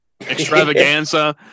extravaganza